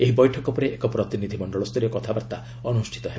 ଏହି ବୈଠକ ପରେ ଏକ ପ୍ରତିନିଧି ମଞ୍ଜଳସ୍ତରୀୟ କଥାବାର୍ତ୍ତା ଅନୁଷ୍ଠିତ ହେବ